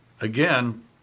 Again